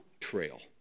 trail